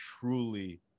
truly